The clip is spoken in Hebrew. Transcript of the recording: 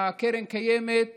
הקרן קיימת